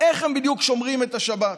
איך הם בדיוק שומרים את השבת,